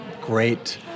great